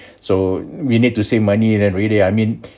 so we need to save money and then really I mean